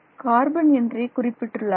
carbon என்றே குறிப்பிட்டுள்ளார்கள்